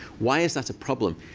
why is that a problem?